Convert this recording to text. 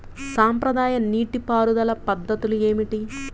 సాంప్రదాయ నీటి పారుదల పద్ధతులు ఏమిటి?